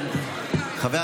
צוחק.